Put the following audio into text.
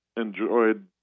enjoyed